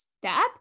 step